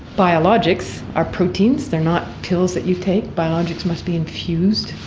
biologics are proteins, they are not pills that you take, biologics must be infused,